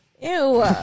Ew